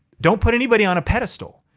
don't put anybody on a pedestal.